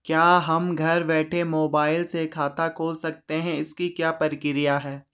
क्या हम घर बैठे मोबाइल से खाता खोल सकते हैं इसकी क्या प्रक्रिया है?